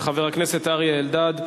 של חבר הכנסת אריה אלדד,